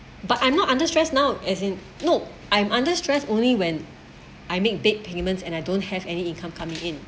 but I'm not under stress now as in nope I'm under stress only when I make big payments and I don't have any income coming in